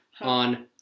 on